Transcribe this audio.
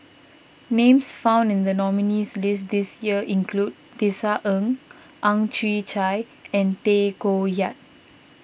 names found in the nominees' list this year include Tisa Ng Ang Chwee Chai and Tay Koh Yat